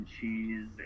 cheese